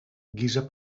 guisa